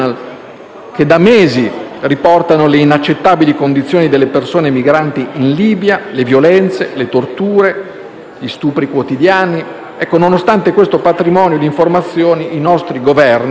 che da mesi riportano le inaccettabili condizioni delle persone migranti in Libia, le violenze, le torture, gli stupri quotidiani, nonostante questo patrimonio di informazioni, i nostri Governi